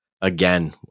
Again